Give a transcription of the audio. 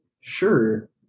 sure